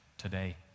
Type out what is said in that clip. today